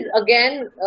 again